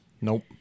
Nope